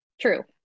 true